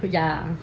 ya ya